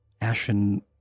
ashen